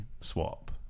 swap